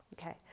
okay